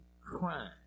crime